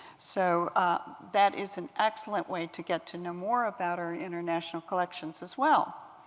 so that is an excellent way to get to know more about our international collections as well.